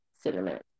cinnamon